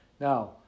Now